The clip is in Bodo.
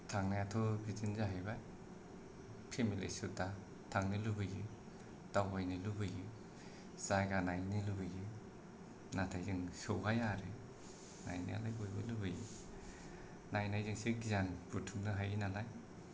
थांनायाथ' बिदिनो जाहैबाय फेमिलि सुददा थांनो लुबैयो दावबायनो लुबैयो जायगा नायनो लुबैयो नाथाय जों सौहाया आरो नायनायालाय बयबो लुबैयो नायनायजोंसो गियान बुथुमनो हायो नालाय